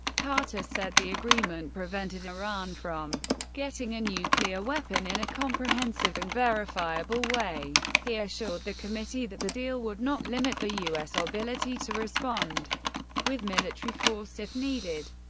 carter said the agreement prevented iran from getting a nuclear weapon in a comprehensive and verifiable way. he assured the committee that the deal would not limit the u s. ah ability to respond with military force if needed.